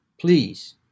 please